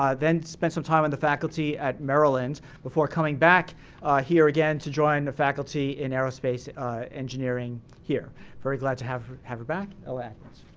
um then spent some time in the faculty at maryland before coming back here again to join the faculty in aerospace engineering here. i'm very glad to have have her back, ella atkins.